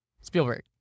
Spielberg